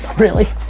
really?